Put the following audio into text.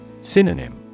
Synonym